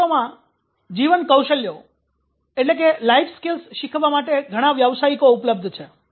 ક્ષેત્રોમાં જીવન કૌશલ્યો શીખવવા માટે ઘણા વ્યાવસાયિકો ઉપલબ્ધ છે